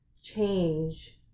change